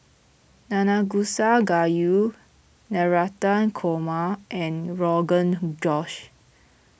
Nanakusa Gayu Navratan Korma and Rogan Josh